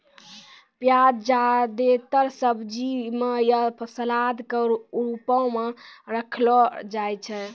प्याज जादेतर सब्जी म या सलाद क रूपो म खयलो जाय छै